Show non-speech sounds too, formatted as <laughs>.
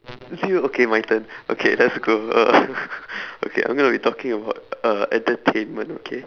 zero okay my turn okay let's go uh <laughs> okay I'm going to be talking about uh entertainment okay